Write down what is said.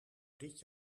dit